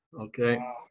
Okay